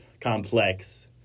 complex